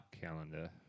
calendar